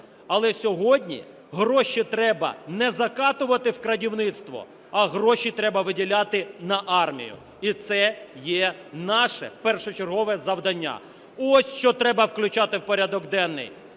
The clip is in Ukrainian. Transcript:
Але сьогодні гроші треба не закатувати в крадівництво, а гроші треба виділяти на армію, і це є наше першочергове завдання. Ось, що треба включати в порядок денний,